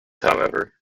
however